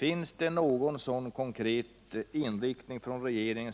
Har regeringen någon konkret inriktning för att få fram de här jobben?